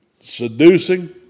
seducing